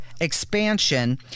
expansion